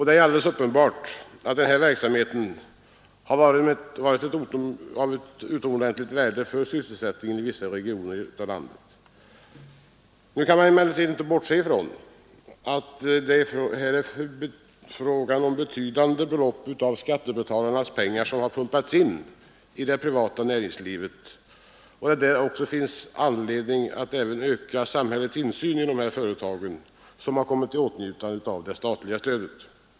Det är alldeles uppenbart att denna verksamhet varit av utomordentligt värde för sysselsättningen i vissa av landets regioner. Man kan dock inte bortse ifrån att det är betydande belopp av skattebetalarnas pengar som här har pumpats in i det privata näringslivet och att det därför finns all anledning att även öka samhällets insyn i dessa företag som kommit i åtnjutande av det statliga stödet.